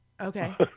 Okay